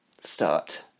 Start